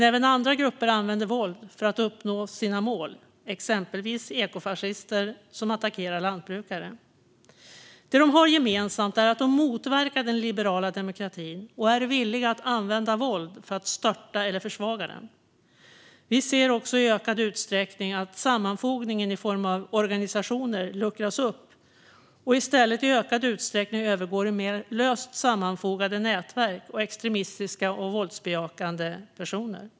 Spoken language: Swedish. Även andra grupper använder våld för att uppnå sina mål, exempelvis ekofascister som attackerar lantbrukare. Det de har gemensamt är att de motverkar den liberala demokratin och är villiga att använda våld för att störta eller försvaga den. Vi ser också i ökad utsträckning att sammanfogningen i form av organisationer luckras upp och i stället i ökad utsträckning övergår i mer löst sammanfogade nätverk av extremistiska och våldsbejakande personer.